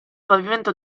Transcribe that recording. pavimento